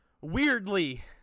weirdly